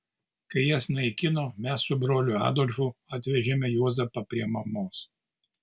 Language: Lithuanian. kai jas naikino mes su broliu adolfu atvežėme juozapą prie mamos